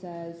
says